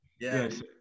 Yes